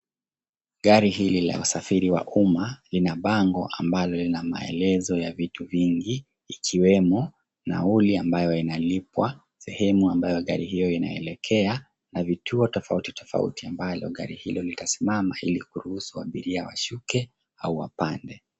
Gari hili la usafiri wa umma lina bango ambalo linamaelezo ya vitu vingi ikiwemo nauli ambayo inalipwa, sehemu ambayo gari hiyo linaelekea na vituo tofauti tofauti ambalo gari hilo litasimama ilikuruhusu abiria washuke au wapande.